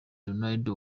ronaldo